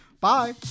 Bye